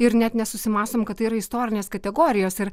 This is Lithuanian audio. ir net nesusimąstom kad tai yra istorinės kategorijos ir